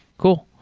cool.